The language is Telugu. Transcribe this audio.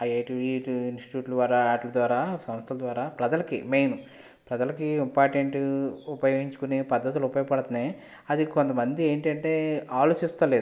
ఐఐటి విఐటి ఇన్స్టిట్యూట్ల ద్వారా వాటిల ద్వారా సంస్థల ద్వారా ప్రజలకి మెయిన్ ప్రజలకి ఇంపార్టెంట్ ఉపయోగించుకునే పద్ధతులు ఉపయోగపడుతున్నాయి అది కొంత మంది ఏంటంటే ఆలోచించడం లేదు